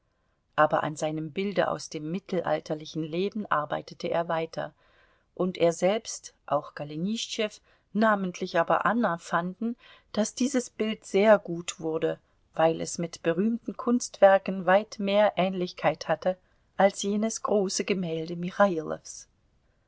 aber an seinem bilde aus dem mittelalterlichen leben arbeitete er weiter und er selbst auch golenischtschew namentlich aber anna fanden daß dieses bild sehr gut wurde weil es mit berühmten kunstwerken weit mehr ähnlichkeit hatte als jenes große gemälde